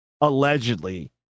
Allegedly